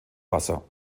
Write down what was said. wasser